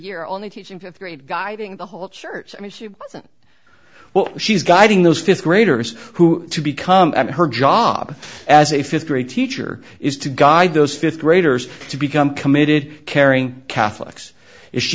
year only teaching fifth grade guiding the whole church i mean well she's guiding those fifth graders who become at her job as a fifth grade teacher is to guide those fifth graders to become committed caring catholics is she